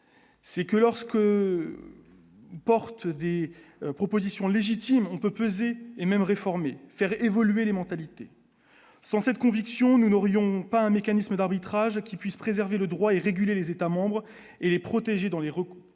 C'est que lorsque porte des propositions légitime, on peut peser et même réformer, faire évoluer les mentalités, sans cette conviction, nous n'aurions pas un mécanisme d'arbitrage qui puisse préserver le droit et réguler les États-membres et protégés dans les recoins